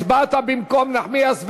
אני פשוט טעיתי, הצבעת במקום נחמיאס ורבין.